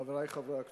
חברי חברי הכנסת,